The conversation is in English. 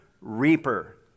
reaper